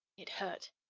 it hurt.